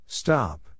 Stop